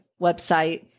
website